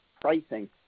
pricing